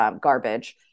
garbage